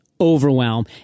overwhelm